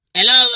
Hello